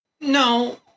No